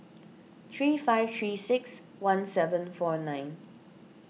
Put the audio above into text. three five three six one seven four nine